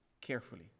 carefully